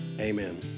amen